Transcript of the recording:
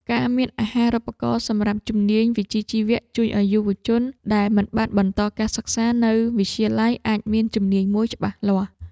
ការមានអាហារូបករណ៍សម្រាប់ជំនាញវិជ្ជាជីវៈជួយឱ្យយុវជនដែលមិនបានបន្តការសិក្សានៅវិទ្យាល័យអាចមានជំនាញមួយច្បាស់លាស់។